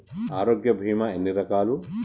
ఆరోగ్య బీమా ఎన్ని రకాలు?